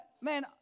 man